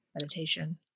meditation